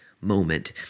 moment